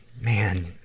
man